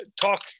talk